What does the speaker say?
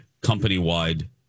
company-wide